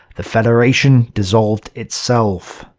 the federation dissolved itself.